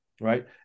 right